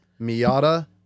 Miata